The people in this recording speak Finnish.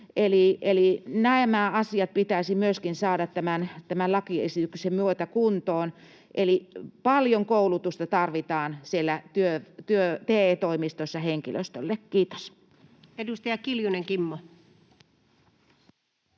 nämä asiat pitäisi saada tämän lakiesityksen myötä kuntoon. Eli paljon koulutusta tarvitaan siellä TE-toimistoissa henkilöstölle. — Kiitos. Edustaja Kiljunen, Kimmo.